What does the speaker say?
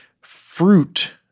fruit